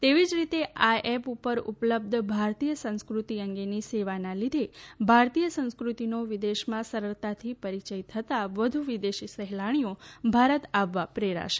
એવી જ રીતે આ એપ ઉપર ઉપલબ્ધ ભારતીય સંસ્કૃતિ અંગેનીસેવાના લીધે ભારતીય સંસ્કૃતિનો વિદેશમાં સરળતાથી પરિચય થતા વધુ વિદેશી સહેલાણીઓ ભારત આવવા પ્રેરાશે